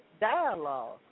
dialogue